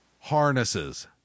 Harnesses